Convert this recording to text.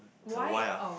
then why ah